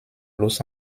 los